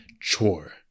chore